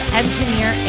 engineer